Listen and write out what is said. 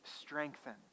strengthened